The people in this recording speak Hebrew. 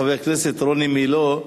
חבר הכנסת רוני מילוא,